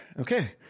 Okay